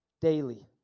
daily